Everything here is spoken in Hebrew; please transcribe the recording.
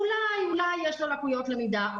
אולי יש לו לקויות למידה,